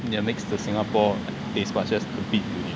it makes the singapore based but just a bit